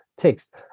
text